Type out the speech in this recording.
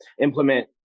implement